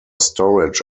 storage